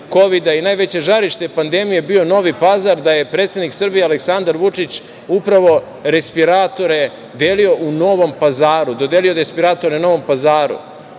i najveće žarište pandemije bio Novi Pazar, da je predsednik Srbije Aleksandar Vučić upravo respiratore delio u Novom Pazaru, dodelio je respiratore Novom Pazaru,